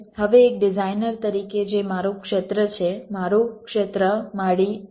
હવે એક ડિઝાઇનર તરીકે જે મારું ક્ષેત્ર છે મારું ક્ષેત્ર મારી પ્રયોગશાળા છે